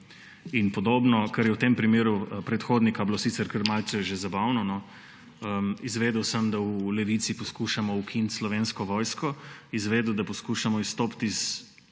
in podobno, kar je v tem primeru predhodnika bilo sicer kar malce že zabavno, no. Izvedel sem, da v Levici poskušamo ukiniti Slovensko vojsko, izvedel, da poskušamo izstopiti iz